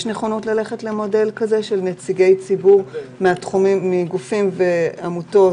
יש נכונות ללכת למודל כזה של נציגי ציבור מגופים ועמותות